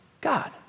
God